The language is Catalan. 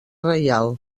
reial